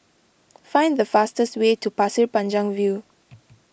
find the fastest way to Pasir Panjang View